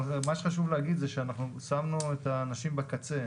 אבל מה שחשוב להגיד זה ששמנו את האנשים בקצה,